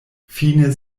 fine